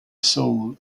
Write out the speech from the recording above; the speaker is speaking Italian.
soul